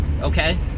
okay